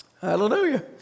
Hallelujah